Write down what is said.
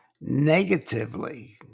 negatively